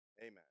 amen